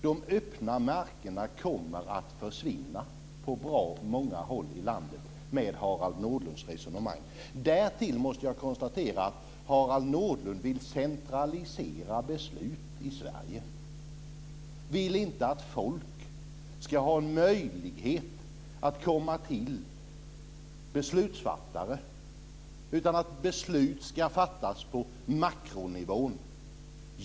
De öppna markerna kommer att försvinna på bra många håll i landet med Harald Nordlunds resonemang. Därtill måste jag konstatera att Harald Nordlund vill centralisera beslut i Sverige. Han vill inte att folk ska ha en möjlighet att komma till beslutsfattare, utan att beslut ska fattas på makronivån.